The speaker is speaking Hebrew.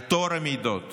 על טוהר המידות?